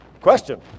Question